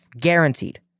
Guaranteed